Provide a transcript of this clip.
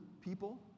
people